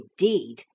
indeed